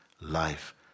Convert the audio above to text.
life